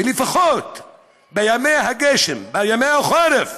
ולפחות בימי הגשם, בימי החורף,